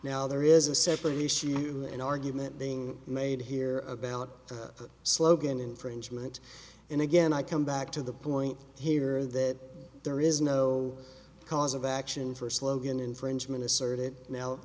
now there is a separate issue an argument being made here of ballot slogan infringement and again i come back to the point here that there is no cause of action for slogan infringement assert it now